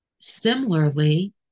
Similarly